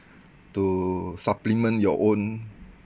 to supplement your own